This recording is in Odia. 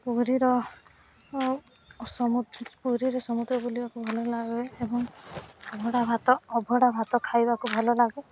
ପୁରୀର ଆଉ ସମୁ ପୁରୀର ସମୁଦ୍ର ବୁଲିବାକୁ ଭଲ ଲାଗେ ଏବଂ ଅଭଡ଼ା ଭାତ ଅଭଡ଼ା ଭାତ ଖାଇବାକୁ ଭଲ ଲାଗେ